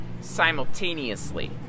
simultaneously